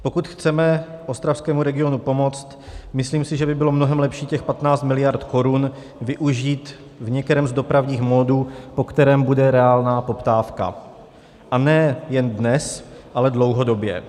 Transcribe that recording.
Pokud chceme ostravskému regionu pomoct, myslím si, že by bylo mnohem lepší těch 15 miliard korun využít v některém z dopravních módů, po kterém bude reálná poptávka, a nejen dnes, ale dlouhodobě.